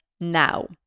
now